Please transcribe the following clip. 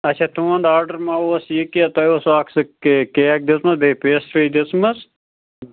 اَچھا تُہُنٛد آرڈَر ما اوس یہِ کہِ تۄہہِ اوسوٕ اَکھ سُہ کے کیک دیُتمُت بیٚیہِ پیسٹرٛی دِژمٕژ